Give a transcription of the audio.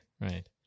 right